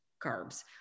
carbs